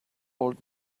old